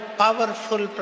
powerful